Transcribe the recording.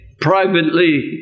privately